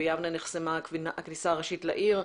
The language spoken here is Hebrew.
ביבנה נחסמה הכניסה הראשית לעיר.